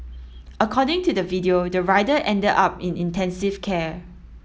according to the video the rider ended up in intensive care